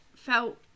felt